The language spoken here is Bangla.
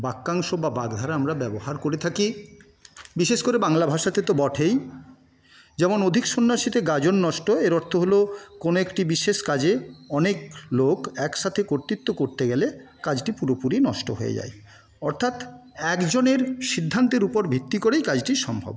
বাক্যাংশ বা বাগধারা আমরা ব্যবহার করে থাকি বিশেষ করে বাংলা ভাষাতে তো বটেই যেমন অধিক সন্ন্যাসীতে গাজন নষ্ট এর অর্থ হল কোনো একটি বিশেষ কাজে অনেক লোক একসাথে কর্তৃত্ব করতে গেলে কাজটি পুরোপুরি নষ্ট হয়ে যায় অর্থাৎ একজনের সিদ্ধান্তের উপর ভিত্তি করেই কাজটি সম্ভব